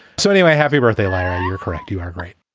so anyway, happy birthday, larry. you're correct. you are great